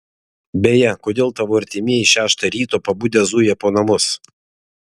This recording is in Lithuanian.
beje kodėl tavo artimieji šeštą ryto pabudę zuja po namus